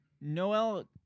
Noel